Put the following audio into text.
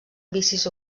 vicis